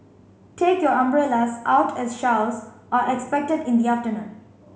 take your umbrellas out as showers are expected in the afternoon